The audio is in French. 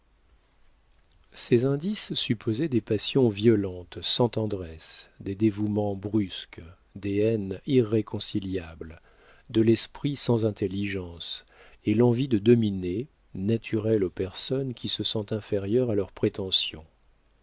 ces indices supposaient des passions violentes sans tendresse des dévouements brusques des haines irréconciliables de l'esprit sans intelligence et l'envie de dominer naturelle aux personnes qui se sentent inférieures à leurs prétentions